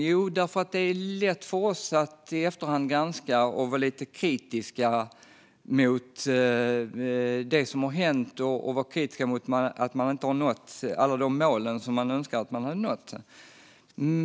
Jo, det är lätt för oss att i efterhand granska och vara lite kritiska när det gäller det som har hänt och att man inte har nått alla de mål som man önskat nå.